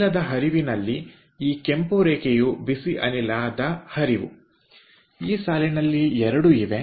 ಅನಿಲದ ಹರಿವಿನಲ್ಲಿ ಈ ಕೆಂಪು ರೇಖೆಯು ಬಿಸಿ ಅನಿಲ ಹರಿವು ಈ ಸಾಲಿನಲ್ಲಿ 2 ಇವೆ